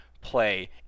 play